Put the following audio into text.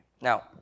Now